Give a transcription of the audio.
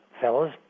fellas